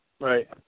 Right